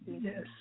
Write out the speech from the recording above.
yes